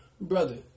brother